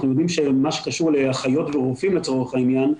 אנחנו יודעים שמה שקשור לאחיות ורופאים לצורך העניין,